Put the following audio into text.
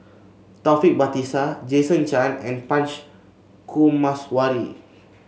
Taufik Batisah Jason Chan and Punch Coomaraswamy